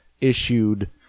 issued